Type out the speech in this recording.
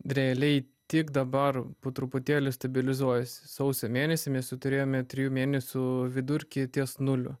realiai tik dabar po truputėlį stabilizuojasi sausio mėnesį mes jau turėjome trijų mėnesių vidurkį ties nuliu